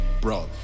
bro